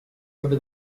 over